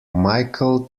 michael